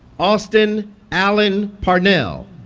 austin allen parnell